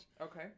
Okay